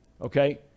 okay